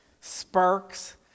Sparks